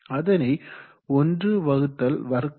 அதனை 1√0